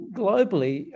globally